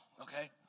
okay